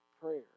prayer